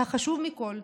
והחשוב מכול,